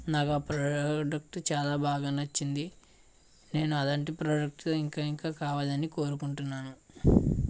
నాకు ప్రొడక్టు చాలా బాగా నచ్చింది నేను అలాంటి ప్రొడక్ట్సు ఇంకా ఇంకా కావాలని కోరుకుంటున్నాను